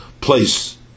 place